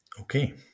Okay